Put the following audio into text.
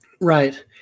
right